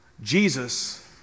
Jesus